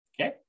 okay